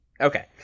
Okay